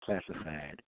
classified